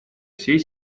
всей